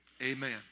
Amen